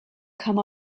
come